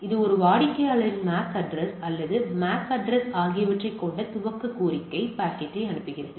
எனவே இது வாடிக்கையாளர்களின் MAC அட்ரஸ் எனது MAC அட்ரஸ் ஆகியவற்றைக் கொண்ட துவக்க கோரிக்கை பாக்கெட்டை அனுப்புகிறது